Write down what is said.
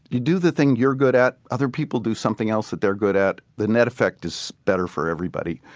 you do the thing you're good at. other people do something else that they're good at. the net effect is better for everybody.